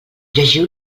llegiu